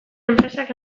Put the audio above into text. enpresak